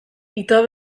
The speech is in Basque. ito